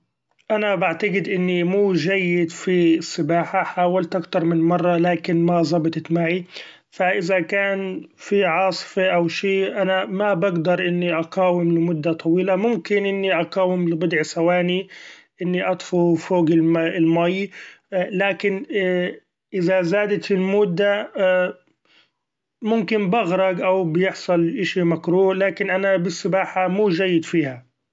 أنا بعتقد اني مو جيد في السباحة حاولت أكتر من مره لكن ما زبطت معي ، ف إذا كان في عاصفي أو شي ما بقدر إني أقاوم لمدة طويلة ممكن إني أقاوم لبضع ثواني إني أطفو فوق المي ، لكن إذا زادت المدة ممكن بغرق أو بيحصل إشي مكروه لكن أنا بالسباحة مو جيد فيها.